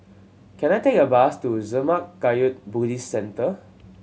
can I take a bus to Zurmang Kagyud Buddhist Centre